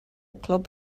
club